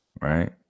Right